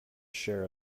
share